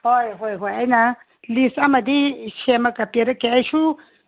ꯍꯣꯏ ꯍꯣꯏ ꯍꯣꯏ ꯑꯩꯅ ꯂꯤꯁ ꯑꯃꯗꯤ ꯁꯦꯝꯃꯒ ꯄꯤꯔꯛꯀꯦ ꯑꯩꯁꯨ